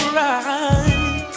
right